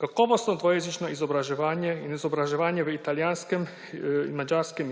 Kakovostno dvojezično izobraževanje in izobraževanje v italijanskem in madžarskem